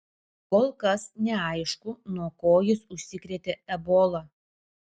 kol kas neaišku nuo ko jis užsikrėtė ebola